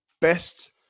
best